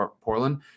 Portland